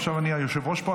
עכשיו אני היושב-ראש פה,